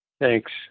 Thanks